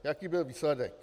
Jaký byl výsledek?